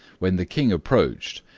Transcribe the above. when the king approached,